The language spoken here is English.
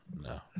no